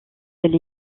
elle